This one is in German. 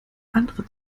andere